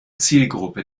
zielgruppe